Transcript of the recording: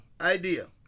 idea